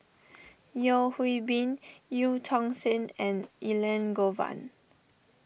Yeo Hwee Bin Eu Tong Sen and Elangovan